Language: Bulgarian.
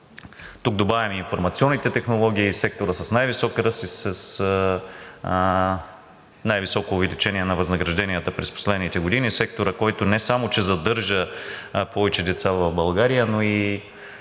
Тук добавяме информационните технологии – сектора с най-висок ръст и с най-високо увеличение на възнагражденията през последните години, сектора, който не само че задържа повече деца в България, но и